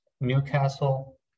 Newcastle